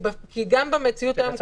כי גם במציאות היום,